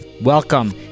Welcome